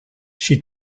she